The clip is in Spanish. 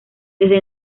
desde